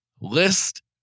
list